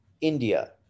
India